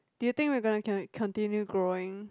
do we think we gonna gonna continue growing